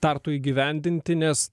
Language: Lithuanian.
tartu įgyvendinti nes